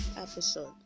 episode